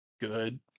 good